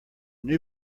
new